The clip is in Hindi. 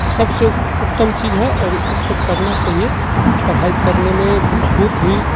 सबसे उत्तम चीज है और उसको करना चाहिए पढ़ाई करने में बहुत ही